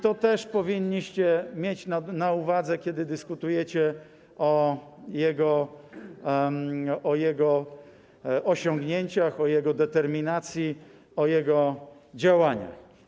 To też powinniście mieć na uwadze, kiedy dyskutujecie o jego osiągnięciach, jego determinacji, jego działaniach.